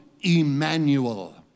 Emmanuel